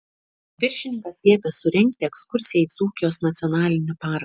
viršininkas liepė surengti ekskursiją į dzūkijos nacionalinį parką